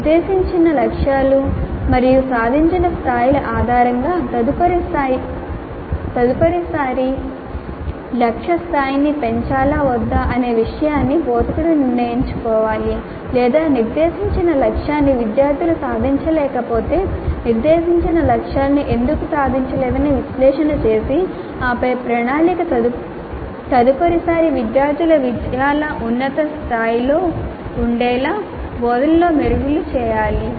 నిర్దేశించిన లక్ష్యాలు మరియు సాధించిన స్థాయిల ఆధారంగా తదుపరి సారి లక్ష్య స్థాయిని పెంచాలా వద్దా అనే విషయాన్ని బోధకుడు నిర్ణయించుకోవాలి లేదా నిర్దేశించిన లక్ష్యాన్ని విద్యార్థులు సాధించలేకపోతే నిర్దేశించిన లక్ష్యాలను ఎందుకు సాధించలేదని విశ్లేషణ చేసి ఆపై ప్రణాళిక తదుపరిసారి విద్యార్థుల విజయాలు ఉన్నత స్థాయిలో ఉండేలా బోధనలో మెరుగుదల చేయండి